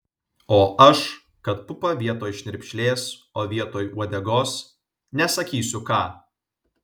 o aš kad pupą vietoj šnirpšlės o vietoj uodegos nesakysiu ką